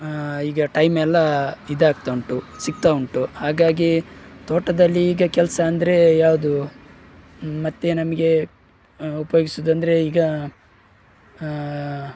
ಈಗ ಟೈಮೆಲ್ಲ ಇದಾಗ್ತಾ ಉಂಟು ಸಿಗ್ತಾ ಉಂಟು ಹಾಗಾಗಿ ತೋಟದಲ್ಲಿ ಈಗ ಕೆಲಸ ಅಂದ್ರೆ ಯಾವುದು ಮತ್ತು ನಮಗೆ ಉಪಯೋಗಿಸೋದಂದ್ರೆ ಈಗ